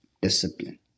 discipline